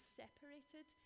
separated